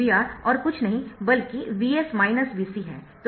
VR और कुछ नहीं बल्कि Vs Vc है